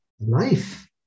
life